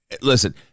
Listen